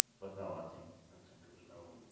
but no i think think it was no